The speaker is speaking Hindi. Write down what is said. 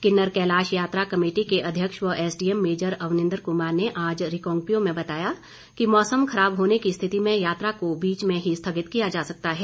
किन्नर कैलाश यात्रा कमेटी के अध्यक्ष व एसडीएम मेजर अवनिन्द्र कुमार ने आज रिकांगपिओ में बताया कि मौसम खराब होने की स्थिति में यात्रा को बीच में ही स्थगित किया जा सकता है